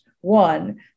One